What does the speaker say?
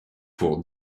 pour